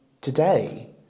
today